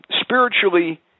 spiritually